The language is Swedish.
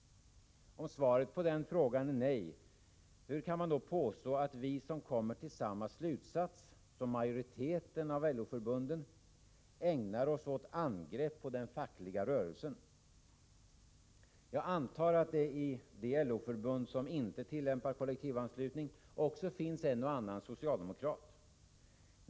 Om svaret på den frågan är nej, hur kan man då påstå att vi som kommer till samma slutsats som majoriteten av LO-förbunden ägnar oss åt angrepp på den fackliga rörelsen? Jag antar att det i de LO-förbund som inte tillämpar kollektivanslutning också finns en och annan socialdemokrat.